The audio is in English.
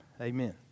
Amen